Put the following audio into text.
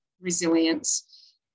resilience